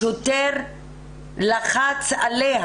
השוטר לחץ עליה,